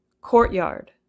Courtyard